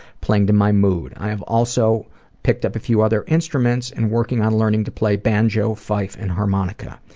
playing to my mood. i have also picked up a few other instruments and working on learning to play banjo, fife and harmonica.